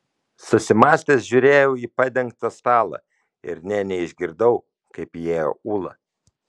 susimąstęs žiūrėjau į padengtą stalą ir nė neišgirdau kaip įėjo ula